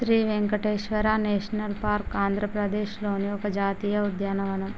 Shri Venkateswara national park ఆంధ్రప్రదేశ్లోని ఒక జాతీయ ఉద్యానవనం